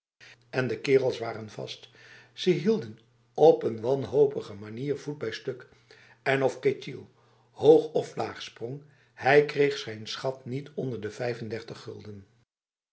en de kerels waren vast ze hielden op een wanhopige manier voet bij stuk en of ketjil hoog of laag sprong hij kreeg zijn schat niet onder de vijfendertig gulden